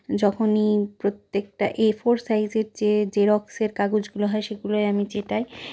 যখনই প্রত্যেকটা এফোর সাইজের যে জেরক্সের কাগজগুলো হয় সেগুলোয় আমি চেটাই